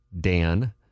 dan